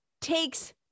takes